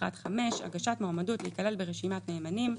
פרט 5 הגשת מועמדות להיכלל ברשימת נאמנים,